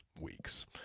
weeks